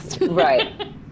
Right